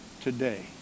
today